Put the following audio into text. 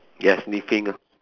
ya sniffing ah